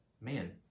man